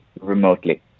remotely